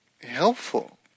helpful